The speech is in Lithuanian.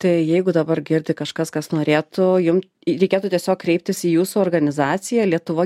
tai jeigu dabar girdi kažkas kas norėtų jum reikėtų tiesiog kreiptis į jūsų organizaciją lietuva